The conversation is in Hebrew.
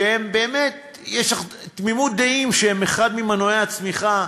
ויש תמימות דעים שהם אחד ממנועי הצמיחה